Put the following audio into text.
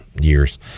years